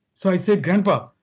so i said, grandpa,